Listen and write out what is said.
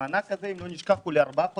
המענק הזה הוא לארבעה חודשים.